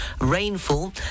rainfall